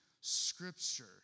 scripture